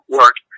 work